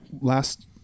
last